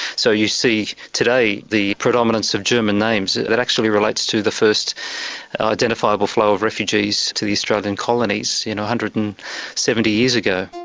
so you see today the predominance of german names, and that actually relates to the first identifiable flow of refugees to the australian colonies one you know hundred and seventy years ago.